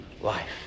life